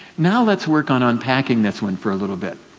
now let's work on unpacking this one for a little bit.